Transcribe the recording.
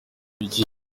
iki